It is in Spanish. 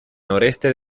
noreste